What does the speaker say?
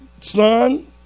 Son